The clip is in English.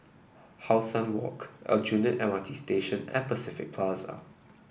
How Sun Walk Aljunied M R T Station and Pacific Plaza